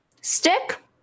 stick